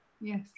Yes